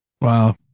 Wow